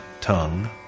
tongue